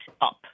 up